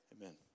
Amen